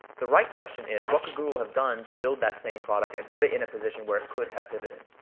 the right question is, what could google have done to build that same product and put it in a position where it could have pivoted?